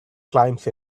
climbs